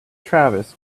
travis